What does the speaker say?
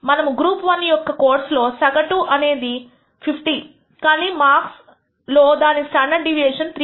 మనము గ్రూప్ 1 యొక్క కోర్సులో సగటు అనేది 50 కానీ మార్క్స్ లో దాని స్టాండర్డ్ డీవియేషన్ 3